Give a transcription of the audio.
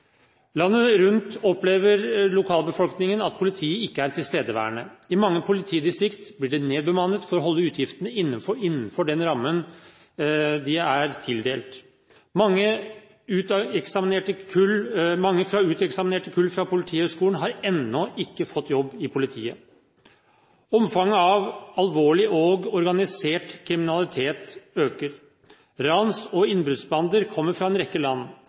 Landet rundt opplever lokalbefolkningen at politiet ikke er tilstedeværende. I mange politidistrikter blir det nedbemannet for å holde utgiftene innenfor den rammen de er tildelt. Mange fra uteksaminerte kull ved Politihøgskolen har ennå ikke fått jobb i politiet. Omfanget av alvorlig og organisert kriminalitet øker. Rans- og innbruddsbander kommer fra en rekke land.